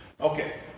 Okay